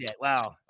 Wow